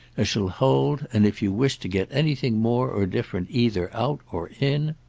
as she'll hold and if you wish to get anything more or different either out or in